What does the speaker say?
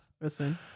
Listen